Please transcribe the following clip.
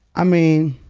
i mean,